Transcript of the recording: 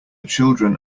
children